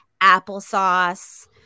applesauce